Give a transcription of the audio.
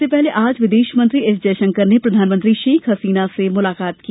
इससे पहले आज विदेश मंत्री एस जयशंकर ने प्रधानमंत्री शेख हसीना से मुलाकात की